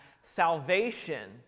salvation